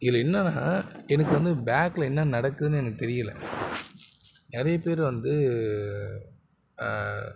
இதில் என்னென்ன எனக்கு வந்து பேக்கில் என்ன நடக்குதுன்னு எனக்கு தெரியலை நிறைய பேர் வந்து